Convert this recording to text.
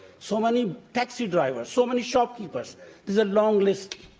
so many taxi drivers, so many shopkeepers there's a long list,